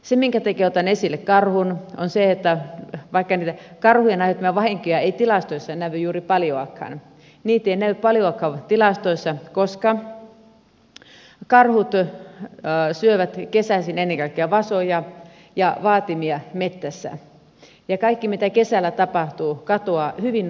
se minkä takia otan esille karhun on se että vaikka niitä karhujen aiheuttamia vahinkoja ei tilastoissa näy juuri paljoakaan niin niitä ei näy paljoakaan tilastoissa siksi että karhut syövät kesäisin ennen kaikkea vasoja ja vaatimia metsässä ja kaikki mitä kesällä tapahtuu katoaa hyvin nopeasti